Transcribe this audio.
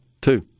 Two